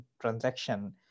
transaction